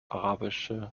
arabische